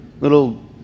little